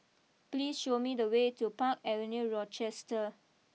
please show me the way to Park Avenue Rochester